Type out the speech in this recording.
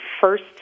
First